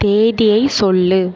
தேதியை சொல்